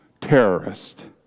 terrorist